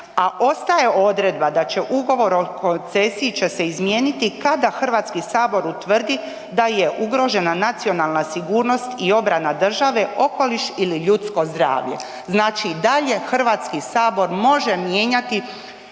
a ostaje odredba da će ugovor o koncesiji će se izmijeniti kada Hrvatski sabor utvrdi da je ugrožena nacionalna sigurnost i obrana države, okoliš ili ljudsko zdravlje. Znači i dalje Hrvatski sabor može mijenjati